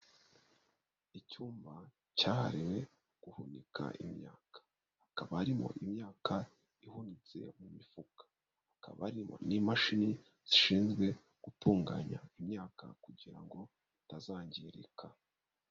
Icyuma cyahariwe guhunika imyaka. Hakaba harimo imyaka ihunitse mu mifuka. Hakaba harimo n'imashini zishinzwe gutunganya imyaka kugira ngo itazangirika.